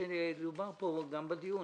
וכפי שדובר פה גם בדיון,